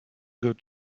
good